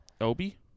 Obi